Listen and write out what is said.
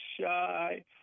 shy